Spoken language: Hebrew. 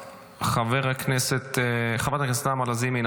חברת הכנסת עאידה תומא סלימאן,